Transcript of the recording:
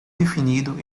definido